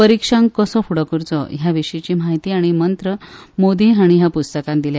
परिक्षांक कसो फुडो करचो ह्या विशीची म्हायती आनी मंत्र मोदी हाणी ह्या पुस्तकात दिल्या